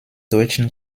deutschen